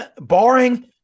Barring